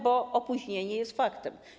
Bo opóźnienie jest faktem.